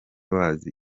bazi